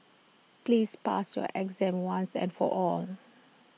please pass your exam once and for all